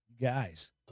Guys